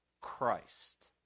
Christ